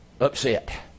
upset